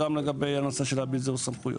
גם לגבי הנושא של ביזור סמכויות.